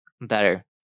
Better